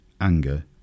anger